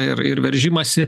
ir ir veržimąsi